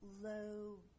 low